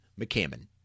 McCammon